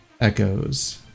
echoes